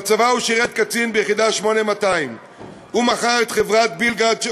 בצבא הוא שירת כקצין ביחידה 8200. הוא מכר את חברת "בילגארד",